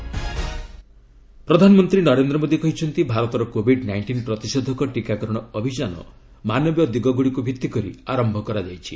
PM vaccination campaign ପ୍ରଧାନମନ୍ତ୍ରୀ ନରେନ୍ଦ୍ର ମୋଦି କହିଛନ୍ତି ଭାରତର କୋବିଡ୍ ନାଇଷ୍ଟିନ୍ ପ୍ରତିଷେଧକ ଟିକାକରଣ ଅଭିଯାନ ମାନବୀୟ ଦିଗଗୁଡ଼ିକୁ ଭିତ୍ତିକରି ଆରମ୍ଭ କରାଯାଇଛି